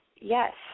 Yes